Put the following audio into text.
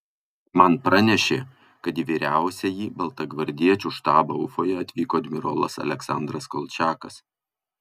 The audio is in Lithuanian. man pranešė kad į vyriausiąjį baltagvardiečių štabą ufoje atvyko admirolas aleksandras kolčiakas